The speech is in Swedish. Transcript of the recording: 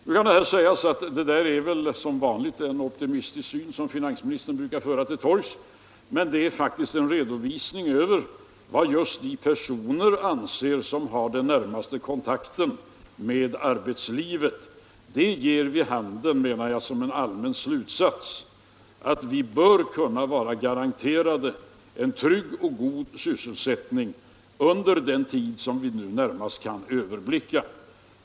Nu kan det sägas att det där är väl den optimistiska syn som finansministern brukar föra till torgs, men det är faktiskt en redovisning över vad de personer anser som har den närmaste kontakten med arbetslivet. Den allmänna slutsatsen av vad de har att säga är, menar jag, att vi bör kunna vara garanterade en trygg och god sysselsättning under den tid som vi nu närmast kan överblicka.